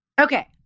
Okay